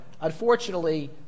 unfortunately